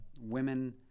women